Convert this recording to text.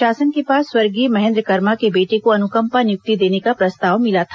शासन के पास स्वर्गीय महेन्द्र कर्मा के बेटे को अनुकंपा नियुक्ति देने का प्रस्ताव मिला था